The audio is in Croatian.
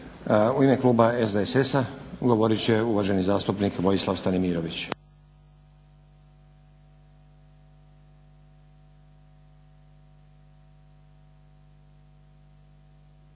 U ime kluba SDSS-a govorit će uvaženi zastupnik Vojislav Stanimirović.